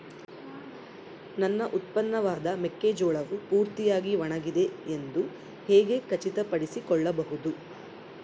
ನನ್ನ ಉತ್ಪನ್ನವಾದ ಮೆಕ್ಕೆಜೋಳವು ಪೂರ್ತಿಯಾಗಿ ಒಣಗಿದೆ ಎಂದು ಹೇಗೆ ಖಚಿತಪಡಿಸಿಕೊಳ್ಳಬಹುದು?